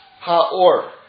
Ha'or